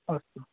अस्तु